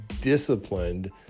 disciplined